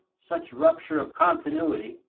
such rupture of continuity,